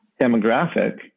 demographic